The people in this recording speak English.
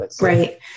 Right